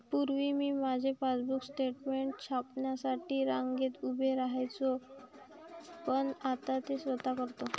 पूर्वी मी माझे पासबुक स्टेटमेंट छापण्यासाठी रांगेत उभे राहायचो पण आता ते स्वतः करतो